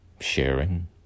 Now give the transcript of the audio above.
sharing